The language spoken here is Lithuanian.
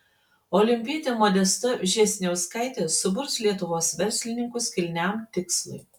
olimpietė modesta vžesniauskaitė suburs lietuvos verslininkus kilniam tikslui